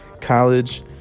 college